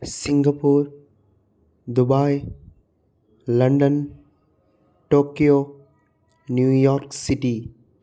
Singapore Dubai London Tokyo New York City